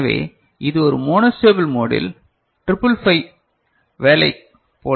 எனவே இது ஒரு மோனோஸ்டேபிள் மோடில் 555 வேலை போலாகும்